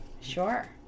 Sure